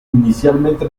inicialmente